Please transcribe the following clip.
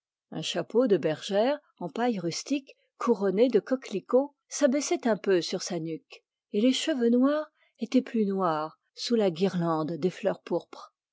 un chapeau en paille rustique couronné de coquelicots s'abaissait un peu sur sa nuque et les cheveux noirs étaient plus noirs sous la guirlande des fleurs pourpres